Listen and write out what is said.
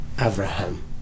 Abraham